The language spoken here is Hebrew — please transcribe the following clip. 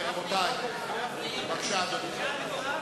-ראש ועדת הכספים של הכנסת השמונה-עשרה.